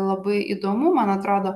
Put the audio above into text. labai įdomu man atrodo